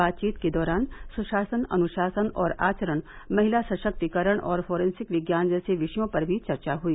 बातचीत के दौरान सुशासन अनुशासन और आचरण महिला सशक्तीकरण और फोरेंसिक विज्ञान जैसे विषयों पर भी चर्चा हुई